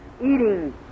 eating